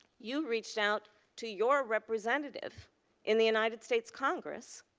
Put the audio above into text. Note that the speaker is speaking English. you reached out to your representative in the united states congress.